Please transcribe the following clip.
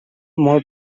molt